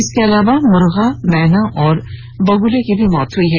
इसके अलावा मुर्गा मैना और बगुले की भी मौत हुई है